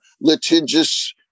litigious